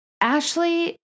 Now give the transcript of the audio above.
Ashley